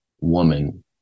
woman